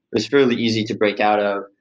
it's fairly easy to break out ah